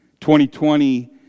2020